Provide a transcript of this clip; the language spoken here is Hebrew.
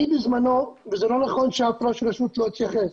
אני בזמנו, וזה לא נכון שאף ראש רשות לא התייחס.